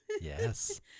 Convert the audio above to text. Yes